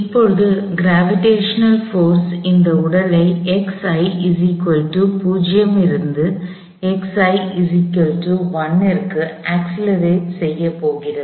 இப்போது gravitational force இந்த உடலை இருந்து க்கு அக்ஸ்லெரேட் செய்ய போகிறது